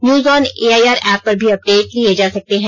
news on AIR app पर भी update लिए जा सकते हैं